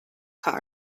car